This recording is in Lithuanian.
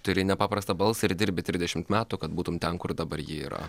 turi nepaprastą balsą ir dirbi trisdešimt metų kad būtum ten kur dabar ji yra